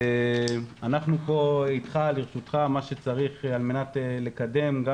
אנחנו פה איתך, לרשותך, מה שצריך על מנת לקדם גם